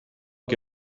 que